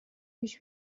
پیش